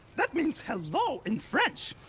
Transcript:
that means hello in french.